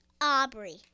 Aubrey